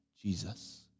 Jesus